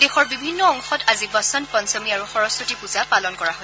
দেশৰ বিভিন্ন অংশত আজি বসন্ত পঞ্চমী আৰু সৰস্বতী পূজা পালন কৰা হৈছে